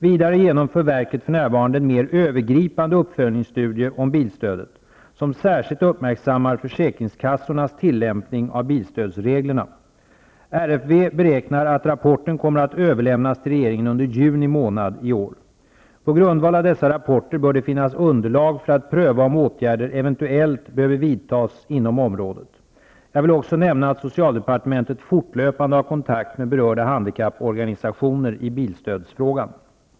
Vidare genomför verket för närvarande en mer övergripande uppföljningsstudie om bilstödet, som särskilt uppmärksammar försäkringskassornas tillämpning av bilstödsreglerna. RFV beräknar att rapporten kommer att överlämnas till regeringen under juni månad i år. På grundval av dessa rapporter bör det finnas underlag för att pröva om åtgärder eventuellt behöver vidtas inom området. Jag vill också nämna att socialdepartementet fortlöpande har kontakt med berörda handikapporganisationer i bilstödsfrågan.